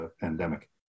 pandemic